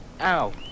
Ow